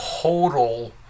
total